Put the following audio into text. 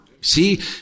See